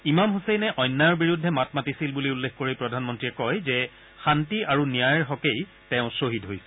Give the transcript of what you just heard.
ইমাম হুছেইনে অন্যায়ৰ বিৰুদ্ধে মাত মাতিছিল বুলি উল্লেখ কৰি প্ৰধানমন্ত্ৰীয়ে কয় যে শান্তি আৰু ন্যায়ৰ বাবেই তেওঁ ছহিদ হৈছিল